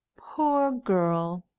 poor girl!